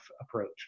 approach